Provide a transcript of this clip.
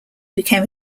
became